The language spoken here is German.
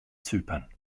zypern